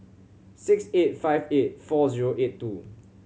six eight five eight four zero eight two